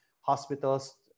hospitals